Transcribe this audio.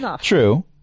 True